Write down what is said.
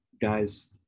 guys